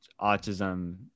autism